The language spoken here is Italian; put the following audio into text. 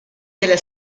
della